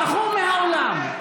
ברחו מהאולם.